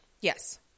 Yes